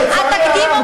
לצערי הרב,